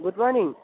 good morning